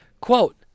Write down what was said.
quote